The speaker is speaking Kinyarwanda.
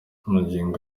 magingo